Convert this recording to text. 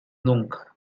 nunca